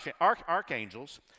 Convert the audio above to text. archangels